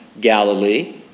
Galilee